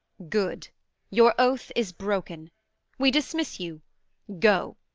good your oath is broken we dismiss you go.